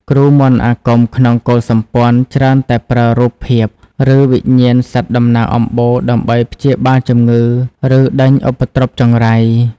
គ្រូមន្តអាគមក្នុងកុលសម្ព័ន្ធ ច្រើនតែប្រើរូបភាព ឬវិញ្ញាណសត្វតំណាងអំបូរ ដើម្បីព្យាបាលជំងឺ ឬដេញឧបទ្រពចង្រៃ។